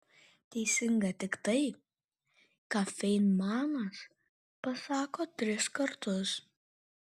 teisinga tik tai ką feinmanas pasako tris kartus